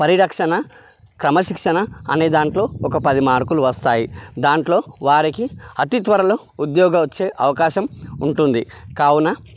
పరిరక్షణ క్రమశిక్షణ అనే దాంట్లో ఒక పది మార్కులు వస్తాయి దాంట్లో వారికి అతి త్వరలో ఉద్యోగం వచ్చే అవకాశం ఉంటుంది కావున